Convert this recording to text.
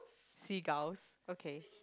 seagulls okay